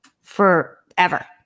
forever